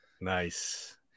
Nice